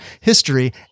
history